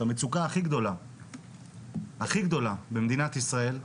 המצוקה הכי גדולה במדינת ישראל,